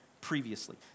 previously